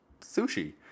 sushi